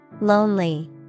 Lonely